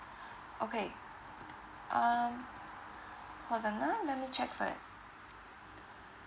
okay um hold on ah let me check fir~